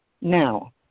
now